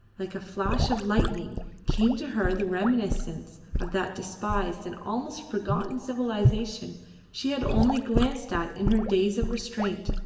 like a flash of lightning came to her the reminiscence of that despised and almost forgotten civilisation she had only glanced at in her days of restraint,